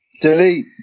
Delete